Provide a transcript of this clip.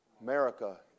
America